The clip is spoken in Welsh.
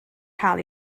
cael